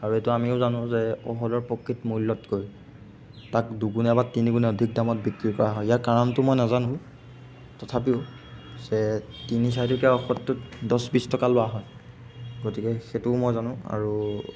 আৰু এইটো আমিও জানো যে ঔষধৰ প্ৰকৃত মূল্যতকৈ তাক দুগুণে বা তিনিগুণে অধিক দামত বিক্ৰী কৰা হয় ইয়াৰ কাৰণটো মই নাজানো তথাপিও যে তিনি চাৰিটকীয়া ঔষধটোত দহ বিছ টকা লোৱা হয় গতিকে সেইটোও মই জানো আৰু